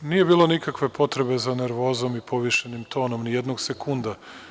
Nije bilo nikakve potrebe za nervozom i povišenim tonom, ni jednog sekunda.